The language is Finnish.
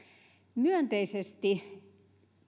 myönteisesti